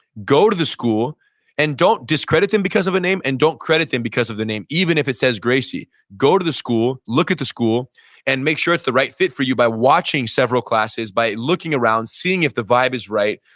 go to the school and don't discredit them because of a name and don't credit them because of the name, even if it says gracie. go to the school, look at the school and make sure it's the right fit for you by watching several classes, by looking around, seeing if the vibe is right.